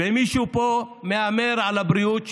ומישהו פה מהמר על הבריאות שלנו.